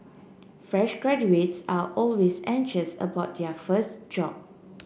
fresh graduates are always anxious about their first job